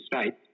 states